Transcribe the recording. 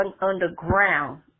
underground